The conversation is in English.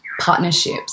partnerships